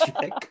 check